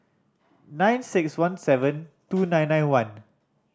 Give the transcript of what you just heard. nine six one seven two nine nine one